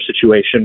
situation